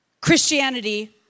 christianity